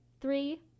Three